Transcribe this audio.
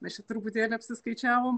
mes čia truputėlį apsiskaičiavome